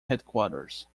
headquarters